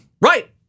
Right